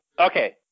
okay